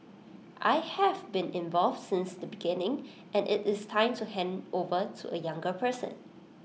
I have been involved since the beginning and IT is time to hand over to A younger person